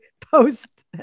post